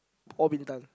all Bintan